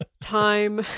time